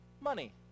money